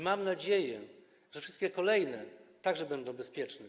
Mam nadzieję, że wszystkie kolejne także będą bezpieczne.